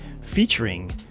featuring